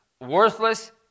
Worthless